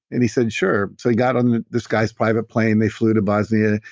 and he said, sure. so he got on this guy's private plane, they flew to bosnia,